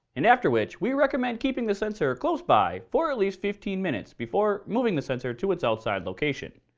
and after which, we recommend keeping the sensor close by for at least fifteen minutes before moving the sensor to its outside location.